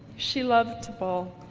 she loved to bowl.